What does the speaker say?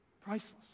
Priceless